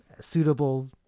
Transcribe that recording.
suitable